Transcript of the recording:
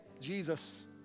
Jesus